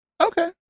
Okay